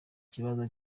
kibazo